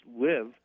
live